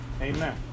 Amen